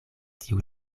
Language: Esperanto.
tiu